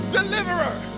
Deliverer